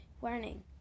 Warning